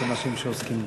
יש אנשים שעוסקים בזה.